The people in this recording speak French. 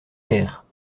guère